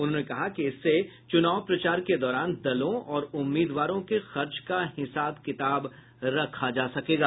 उन्होंने कहा कि इससे चुनाव प्रचार के दौरान दलों और उम्मीदवारों के खर्च का हिसाब किताब रखा जा सकेगा